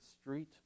street